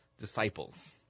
disciples